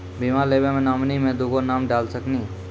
बीमा लेवे मे नॉमिनी मे दुगो नाम डाल सकनी?